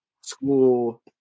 school